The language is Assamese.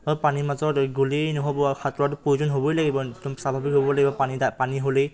আৰু পানীৰ মাজত গ'লেই নহ'ব সাঁতোৰাটো প্ৰয়োজন হ'বই লাগিব স্বাভাৱিক হ'বই লাগিব পানী পানী হ'লেই